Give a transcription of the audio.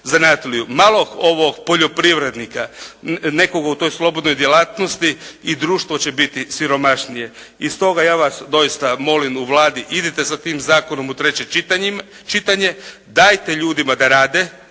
zanatliju, malog poljoprivrednika, nekoga u toj slobodnoj djelatnosti i društvo će biti siromašnije. I stoga, ja vas doista molim u Vladi, idite sa tim zakonom u treće čitanje, dajte ljudima da rade